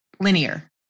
linear